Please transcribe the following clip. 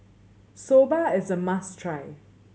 soba is a must try